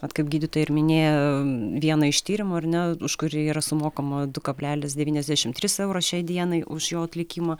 vat kaip gydytoja ir minėjo vieną iš tyrimų ar ne už kurį yra sumokama du kablelis devyniasdešim trys euro šiai dienai už jo atlikimą